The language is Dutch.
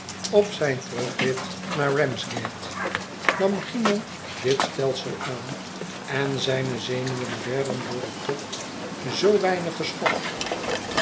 op zijn terugrit naar ramsgate nam cymon dit stelsel aan en zijne zenuwen werden door den tocht zoo weinig geschokt